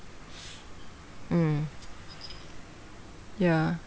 mm ya